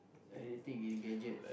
anything in gadget